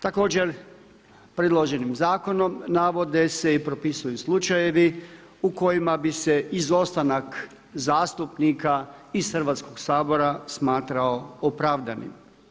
Također, predloženim zakonom navode se i propisuju slučajevi u kojima bi se izostanak zastupnika iz Hrvatskog sabora smatrao opravdanim.